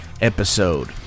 episode